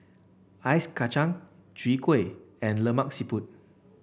Ice Kacang Chwee Kueh and Lemak Siput